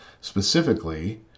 specifically